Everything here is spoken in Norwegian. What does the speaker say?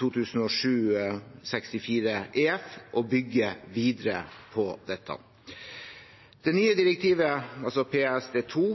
2007/64/EF og bygger videre på dette. Det nye direktivet, altså